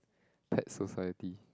Pet Society